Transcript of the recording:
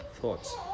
thoughts